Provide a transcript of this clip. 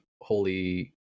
holy